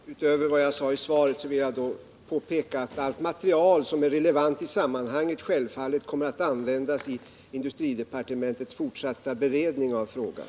Herr talman! Utöver vad jag sagt i svaret vill jag då påpeka att allt material som är relevant i sammanhanget självfallet kommer att användas vid industridepartementets fortsatta beredning av frågan.